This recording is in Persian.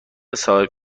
صاحب